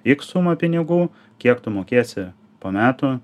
x sumą pinigų kiek tu mokėsi po metų